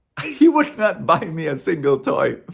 he would not buy me a single toy.